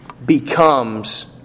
becomes